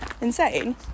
insane